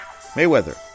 Mayweather